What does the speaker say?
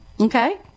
Okay